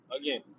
again